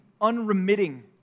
unremitting